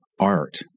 art